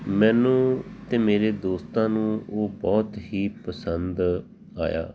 ਮੈਨੂੰ ਅਤੇ ਮੇਰੇ ਦੋਸਤਾਂ ਨੂੰ ਉਹ ਬਹੁਤ ਹੀ ਪਸੰਦ ਆਇਆ